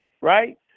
right